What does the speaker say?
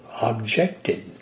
objected